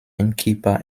innkeeper